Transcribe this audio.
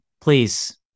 please